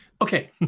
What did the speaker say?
Okay